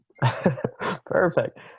Perfect